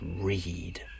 read